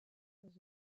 dans